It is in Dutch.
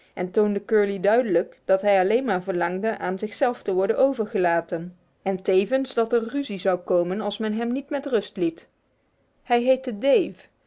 en toonde curly duidelijk dat hij alleen maar verlangde aan zichzelf te worden overgelaten en tevens dat er ruzie zou komen als men hem niet met rust liet hij heette dave